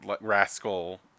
rascal